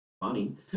funny